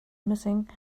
missing